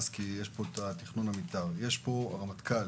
הרמטכ"ל